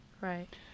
Right